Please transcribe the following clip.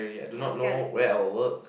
ya I'm scared of the future